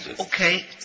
Okay